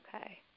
Okay